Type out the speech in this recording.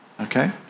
Okay